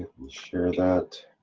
share that.